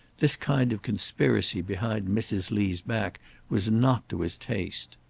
this kind of conspiracy behind mrs. lee's back was not to his taste.